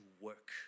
work